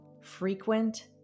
frequent